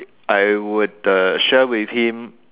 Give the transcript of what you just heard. I would uh share with him